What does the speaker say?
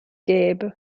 gäbe